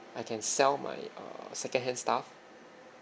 I can sell my err secondhand stuff